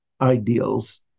ideals